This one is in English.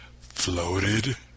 Floated